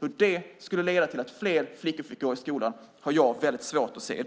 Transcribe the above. Hur det skulle leda till att fler flickor fick gå i skolan har jag väldigt svårt att se.